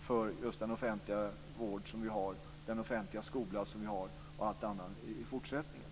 för den offentliga vården, skolan och annat som vi har, också i fortsättningen.